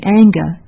anger